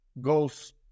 goes